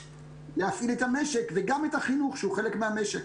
להפעיל את המשק וגם את החינוך שהוא חלק מהמשק.